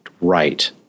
right